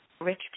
rich